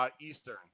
Eastern